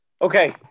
Okay